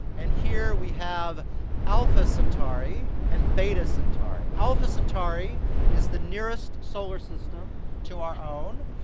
and here we have alpha centauri and beta centauri. alpha centauri is the nearest solar system to our own,